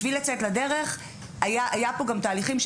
בשביל לצאת לדרך היה פה גם תהליכים,